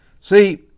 See